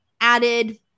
added